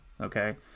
okay